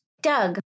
Doug